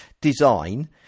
design